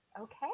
Okay